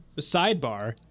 Sidebar